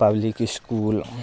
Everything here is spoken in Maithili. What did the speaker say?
पब्लिक इसकुल